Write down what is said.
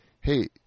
hey